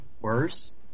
worse